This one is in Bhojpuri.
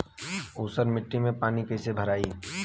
ऊसर मिट्टी में पानी कईसे भराई?